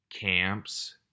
camps